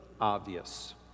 obvious